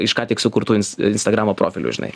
iš ką tik sukurtu ins instagramo profilių žinai